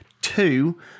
two